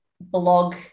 blog